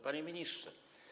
Panie Ministrze!